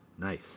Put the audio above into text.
Nice